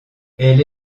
elle